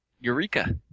Eureka